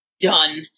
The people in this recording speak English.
done